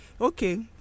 okay